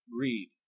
read